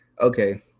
Okay